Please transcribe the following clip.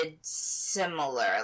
similar